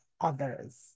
others